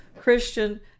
Christian